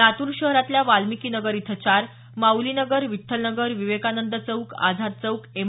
लातूर शहरातल्या वाल्मिकी नगर इथं चार माऊली नगर विठ्ठल नगर विवेकानंद चौक आझाद चौक एम